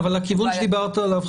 אבל הכיוון שדברת עליו,